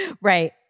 Right